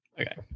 Okay